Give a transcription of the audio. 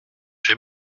j’ai